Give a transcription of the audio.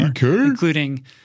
including